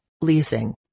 leasing